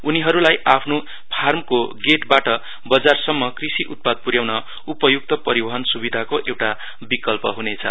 उनीहरूलाई आफ्नो फार्मको गेटबाट बजारसम्म कृषि उत्पाद पुर्याउन उपयुक्त परिवहन सुविधाको एउटा विकल्प हुनेछ